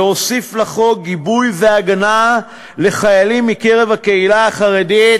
להוסיף לחוק גיבוי והגנה לחיילים מקרב הקהילה החרדית,